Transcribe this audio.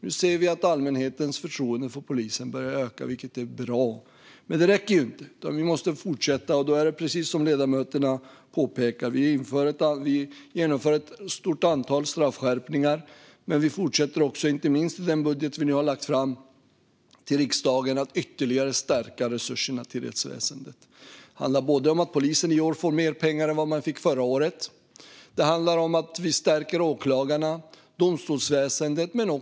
Nu börjar allmänhetens förtroende för polisen att öka, vilket är bra. Men det räcker inte, utan vi måste fortsätta. Precis som ledamöterna påpekar genomför vi ett stort antal straffskärpningar. Vi fortsätter också att ytterligare stärka resurserna till rättsväsendet, inte minst i den budget vi lagt fram till riksdagen. Det handlar om att polisen i år får mer pengar än förra året och att vi stärker åklagar och domstolsväsen.